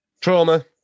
trauma